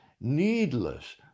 needless